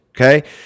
Okay